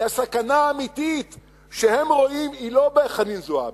כי הסכנה האמיתית שהם רואים היא לא בחנין זועבי.